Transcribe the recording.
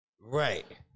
Right